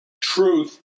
Truth